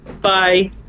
Bye